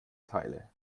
teile